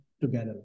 together